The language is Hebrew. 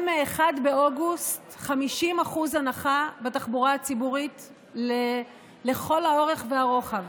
מ-1 באוגוסט 50% הנחה בתחבורה הציבורית לכל האורך והרוחב.